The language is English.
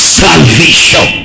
salvation